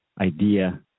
idea